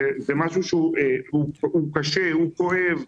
זה משהו שהוא קשה, הוא כואב.